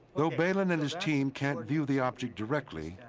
though bailyn and his team can't view the object directly,